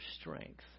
strength